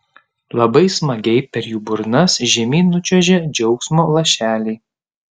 labai smagiai per jų burnas žemyn nučiuožia džiaugsmo lašeliai